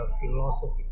philosophy